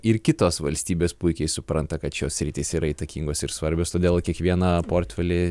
ir kitos valstybės puikiai supranta kad šios sritys yra įtakingos ir svarbios todėl kiekvieną portfelį